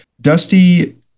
Dusty